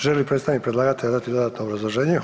Želi li predstavnik predlagatelja dati dodatno obrazloženje?